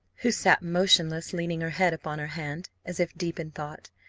who sat motionless, leaning her head upon her hand, as if deep in thought,